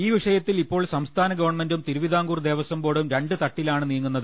ഈ വിഷയത്തിൽ ഇപ്പോൾ സംസ്ഥാന ഗവൺമെൻ്റും തിരുവിതാംകൂർ ദേവസം ബോർഡും രണ്ടു തട്ടിലാണ് നീങ്ങുന്നത്